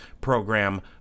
program